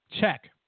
check